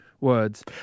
words